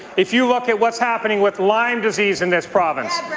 if you look at what's happening with lyme disease in this province,